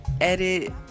edit